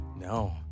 No